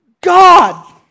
God